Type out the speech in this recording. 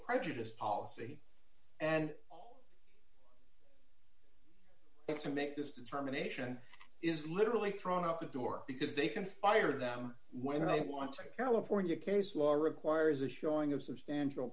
prejudice policy and all that to make this determination is literally thrown out the door because they can fire them when i want to california case law requires a showing of substantial